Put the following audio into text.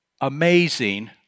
amazing